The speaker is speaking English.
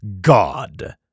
God